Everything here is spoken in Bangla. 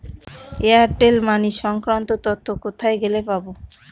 এয়ারটেল মানি সংক্রান্ত তথ্য কোথায় গেলে পাব?